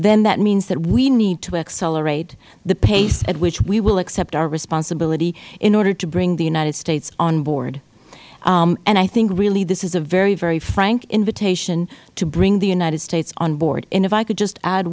then that means that we need to accelerate the pace at which we will accept our responsibility in order to bring the united states on board and i think really this is a very very frank invitation to bring the united states on board and if i could just add